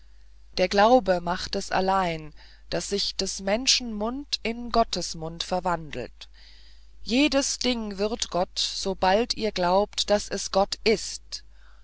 der glaube macht es allein daß sich des menschen mund in gottes mund verwandelt jedes ding wird gott sobald ihr glaubt daß es gott ist